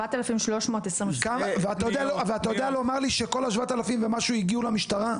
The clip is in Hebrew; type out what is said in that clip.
7,322. ואתה יודע לומר לי שכל ה-7,000 ומשהו דווחו למשטרה?